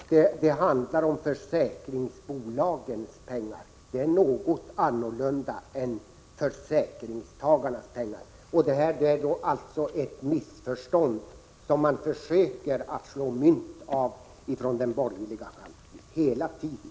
Herr talman! Det handlar om försäkringsbolagens pengar. Det är något annat än försäkringstagarnas pengar. Detta är alltså ett missförstånd som man försöker slå mynt av hela tiden från den borgerliga sidan.